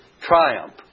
triumph